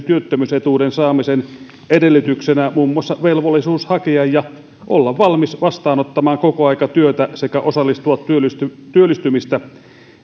työttömyysetuuden saamisen edellytyksenä muun muassa velvollisuus hakea ja olla valmis vastaanottamaan kokoaikatyötä sekä osallistua työllistymistä työllistymistä